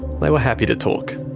they were happy to talk.